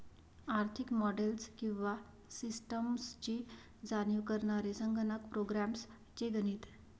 आर्थिक मॉडेल्स किंवा सिस्टम्सची जाणीव करणारे संगणक प्रोग्राम्स चे गणित